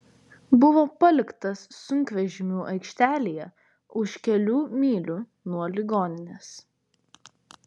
buvo paliktas sunkvežimių aikštelėje už kelių mylių nuo ligoninės